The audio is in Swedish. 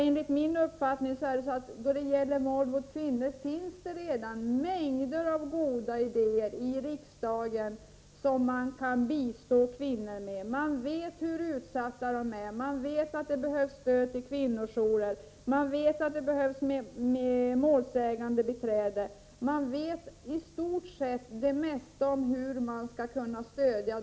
Enligt min uppfattning finns det redan mängder med goda idéer i riksdagen om hur kvinnor skall bistås. Vi vet hur utsatta de är. Vi vet att det behövs stöd till kvinnojourer. Vi vet att det behövs målsägandebiträden. Vi vet väl det mesta om hur kvinnorna egentligen skall kunna stödjas.